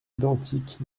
identiques